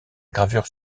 gravure